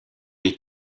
les